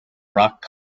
rock